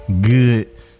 Good